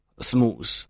smooth